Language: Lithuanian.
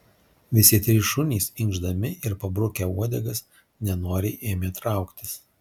visi trys šunys inkšdami ir pabrukę uodegas nenoriai ėmė trauktis